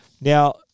Now